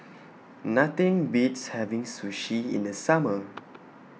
Nothing Beats having Sushi in The Summer